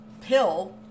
pill